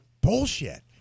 Bullshit